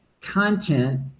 content